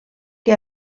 que